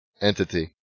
entity